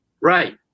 Right